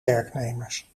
werknemers